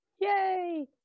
Yay